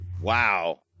wow